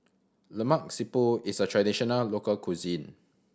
Lemak Siput is a traditional local cuisine